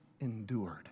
endured